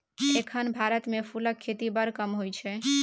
एखन भारत मे फुलक खेती बड़ कम होइ छै